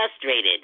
frustrated